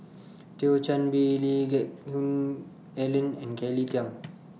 Thio Chan Bee Lee Geck Hoon Ellen and Kelly Tang